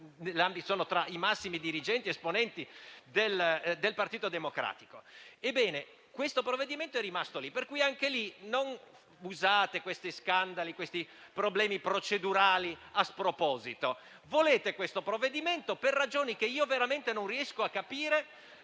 ma tra i massimi dirigenti ed esponenti del Partito Democratico. Ebbene, questo provvedimento è rimasto lì. Non usate dunque questi scandali, questi problemi procedurali a sproposito. Volete questo provvedimento per ragioni che io davvero non riesco a capire;